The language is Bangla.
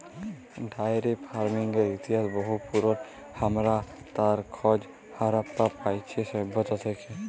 ডায়েরি ফার্মিংয়ের ইতিহাস বহু পুরল, হামরা তার খজ হারাপ্পা পাইছি সভ্যতা থেক্যে